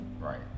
Right